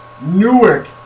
Newark